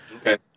okay